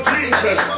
Jesus